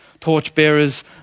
Torchbearers